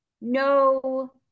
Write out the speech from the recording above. no